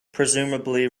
presumably